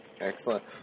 Excellent